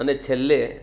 અને છેલ્લે